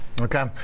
Okay